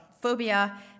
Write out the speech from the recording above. Phobia